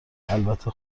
البته